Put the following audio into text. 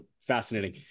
fascinating